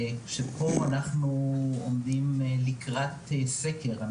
פה אנחנו עומדים לקראת סקר.